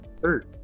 Third